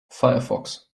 firefox